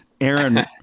aaron